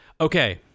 okay